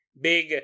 big